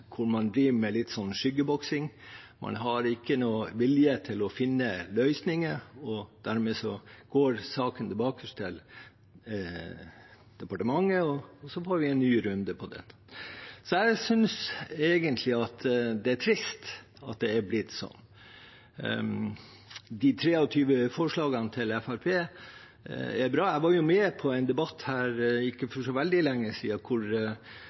hvor man driver med litt skyggeboksing, og hvor man ikke har noen vilje til å finne løsninger, og dermed går saken tilbake til departementet, og så får vi en ny runde på det. Jeg synes egentlig at det er trist at det er blitt sånn. De 23 forslagene til Fremskrittspartiet er bra – jeg var jo med på en debatt her for ikke så veldig lenge siden hvor